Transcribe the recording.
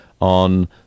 on